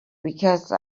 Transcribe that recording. because